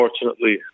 Unfortunately